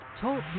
Talk